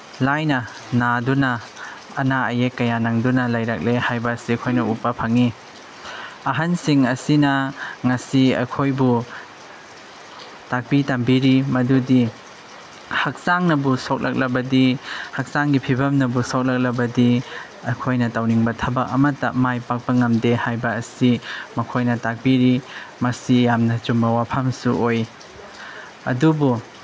ꯂꯥꯏꯅ ꯅꯥꯗꯨꯅ ꯑꯅꯥ ꯑꯌꯦꯛ ꯀꯌꯥ ꯅꯪꯗꯨꯅ ꯂꯩꯔꯛꯂꯦ ꯍꯥꯏꯕ ꯑꯁꯦ ꯑꯩꯈꯣꯏꯅ ꯎꯕ ꯐꯪꯉꯤ ꯑꯍꯟꯁꯤꯡ ꯑꯁꯤꯅ ꯉꯁꯤ ꯑꯩꯈꯣꯏꯕꯨ ꯇꯥꯛꯄꯤ ꯇꯝꯕꯤꯔꯤ ꯃꯗꯨꯗꯤ ꯍꯛꯆꯥꯡꯅꯕꯨ ꯁꯣꯛꯂꯛꯂꯕꯗꯤ ꯍꯛꯆꯥꯡꯒꯤ ꯐꯤꯕꯝꯅꯕꯨ ꯁꯣꯛꯂꯛꯂꯕꯗꯤ ꯑꯩꯈꯣꯏꯅ ꯇꯧꯅꯤꯡꯕ ꯊꯕꯛ ꯑꯃꯠꯇ ꯃꯥꯏ ꯄꯥꯛꯄ ꯉꯝꯗꯦ ꯍꯥꯏꯕ ꯑꯁꯤ ꯃꯈꯣꯏꯅ ꯇꯥꯛꯄꯤꯔꯤ ꯃꯁꯤ ꯌꯥꯝꯅ ꯆꯨꯝꯕ ꯋꯥꯐꯝꯁꯨ ꯑꯣꯏ ꯑꯗꯨꯕꯨ